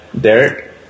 Derek